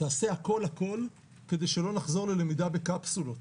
תעשה הכול הכול כדי שלא נחזור ללמידה בקפסולות.